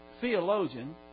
Theologian